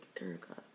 Erica